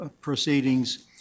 proceedings